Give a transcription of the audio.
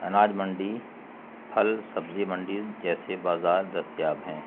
اناج منڈی پھل سبزی منڈی جیسے بازار دستیاب ہیں